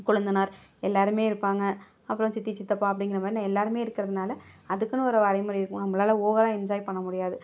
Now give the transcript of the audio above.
கொழுந்தனார் எல்லாேருமே இருப்பாங்க அப்புறம் சித்தி சித்தப்பா அப்படிங்குற மாதிரி எல்லாேருமே இருக்கிறதுனால அதுக்குன்னு ஒரு வரைமுறை இருக்கும் நம்மளால் ஓவராக என்ஜாய் பண்ணமுடியாது